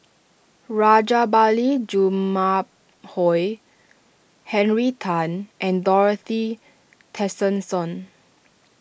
Rajabali Jumabhoy Henry Tan and Dorothy Tessensohn